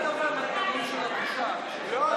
מילה שלי זו מילה.